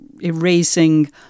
erasing